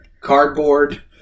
cardboard